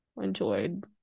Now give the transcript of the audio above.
enjoyed